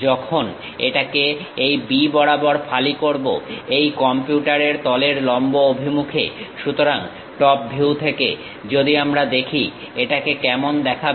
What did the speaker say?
যখন আমরা এটাকে এই B বরাবর ফালি করবো এই কম্পিউটারের তলের লম্ব অভিমুখে সুতরাং টপ ভিউ থেকে যদি আমরা দেখি এটাকে কেমন দেখাবে